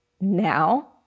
now